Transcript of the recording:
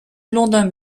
blondin